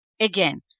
again